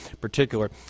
particular